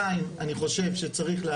2. אני חושב שצריך,